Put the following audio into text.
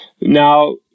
Now –